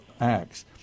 Acts